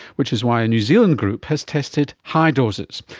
which is why a new zealand group has tested high doses.